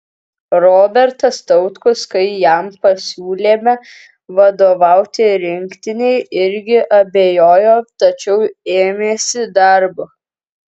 robertas tautkus kai jam pasiūlėme vadovauti rinktinei irgi abejojo tačiau ėmėsi darbo